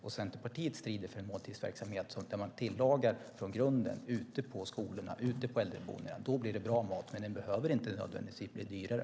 Centerpartiet strider för en måltidsverksamhet där man tillagar maten från grunden ute på skolorna och äldreboendena. Då blir det bra mat, men den behöver inte nödvändigtvis bli dyrare.